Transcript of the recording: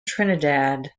trinidad